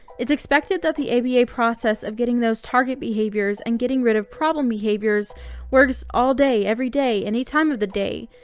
it's expected that the aba process of getting those target behaviors and getting rid of problem behaviors works all day, every day, any time of the day.